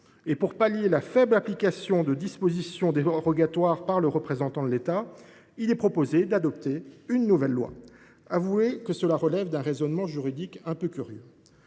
Pour pallier la faible application de dispositions dérogatoires par le représentant de l’État, il est proposé d’adopter une nouvelle loi ! Avouez le, cela relève d’un raisonnement juridique un peu curieux.